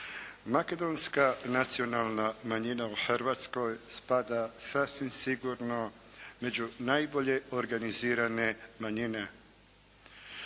Makedonska nacionalna manjina u Hrvatskoj spada sasvim sigurno među najbolje organizirane manjine.